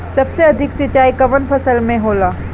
सबसे अधिक सिंचाई कवन फसल में होला?